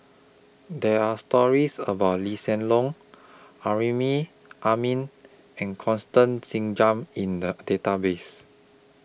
There Are stories about Lee Hsien Loong Amrin Amin and Constance Singam in The Database